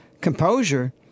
composure